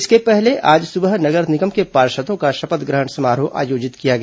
इसके पहले आज सुबह नगर निगम के पार्षदों का शपथ ग्रहण समारोह आयोजित किया गया